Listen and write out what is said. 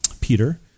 Peter